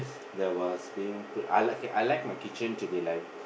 there was being I like it I like I like my kitchen to be like